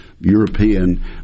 European